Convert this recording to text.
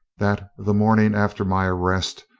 that the morning after my arrest,